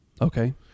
Okay